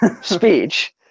speech